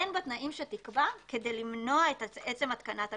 אין בתנאים שתקבע כדי למנוע את עצם התקנת המתקן,